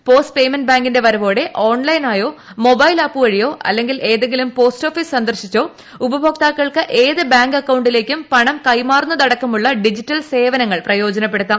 post payment ബാങ്കിന്റെ വരവോടെഓൺലൈനായോ mobile ആപ്പുവഴിയോ അല്ലെങ്കിൽ ഏതെങ്കിലും പോസ്റ്റ്ഓഫീ സ് സന്ദർശിച്ചോ ഉപഭോക്താക്കൾക്ക് ഏത് ബാങ്ക് അ ക്കൌണ്ടിലേക്കും പണം കൈമാറുന്നതടക്കമുള്ള ഡിജിറ്റൽസേവനങ്ങൾ പ്രയോജനപ്പെടുത്താം